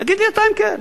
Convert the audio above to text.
תגיד לי אתה אם כן.